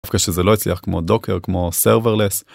דווקא כשזה לא הצליח, כמו docker, כמו serverless. .